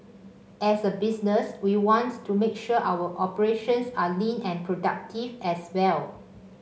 as a business we want to make sure our operations are lean and productive as well